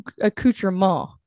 accoutrement